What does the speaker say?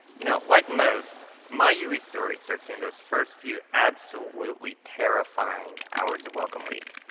you know, like most, my ue story starts in those first few absolutely terrifying hours of welcome week.